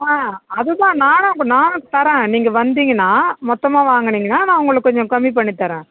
ஆ அது தான் நானும் உங்கள் நானும் தரேன் நீங்கள் வந்தீங்கன்னா மொத்தமாக வாங்குனீங்கன்னா நான் உங்களுக்கு கொஞ்சம் கம்மி பண்ணித் தர்றேன்